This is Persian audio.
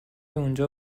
اونجا